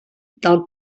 del